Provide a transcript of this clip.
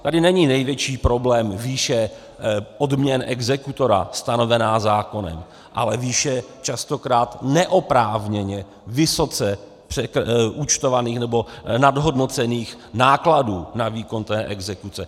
Tady není největší problém výše odměn exekutora stanovená zákonem, ale výše častokrát neoprávněně vysoce účtovaných nebo nadhodnocených nákladů na výkon exekuce.